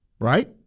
Right